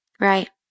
right